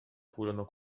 furono